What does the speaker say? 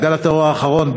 גל הטרור האחרון,